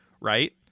right